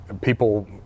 People